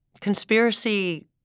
conspiracy